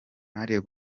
mario